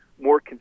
more